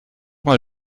mal